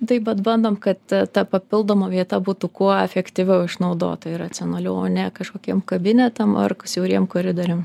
taip bet bandom kad ta papildoma vieta būtų kuo efektyviau išnaudota ir racionaliau o ne kažkokiem kabinetam ar siauriem koridoriam